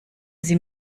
sie